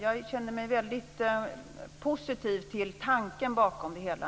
Jag känner mig väldigt positiv till tanken bakom det hela.